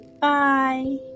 Bye